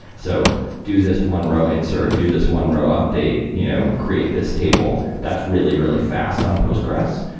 so do this one row insert, do this one row update, you know create this table that's really, really fast on postgressql.